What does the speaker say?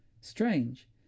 Strange